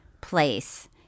place